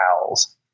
Owls